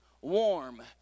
warm